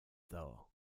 though